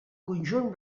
conjunt